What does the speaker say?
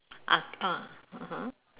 ah ah (uh huh)